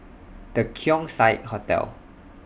The Keong Saik Hotel